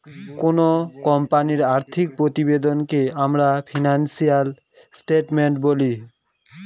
কোনো কোম্পানির আর্থিক প্রতিবেদনকে আমরা ফিনান্সিয়াল স্টেটমেন্ট বলি